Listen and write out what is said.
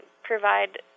provide